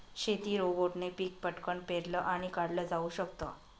शेती रोबोटने पिक पटकन पेरलं आणि काढल जाऊ शकत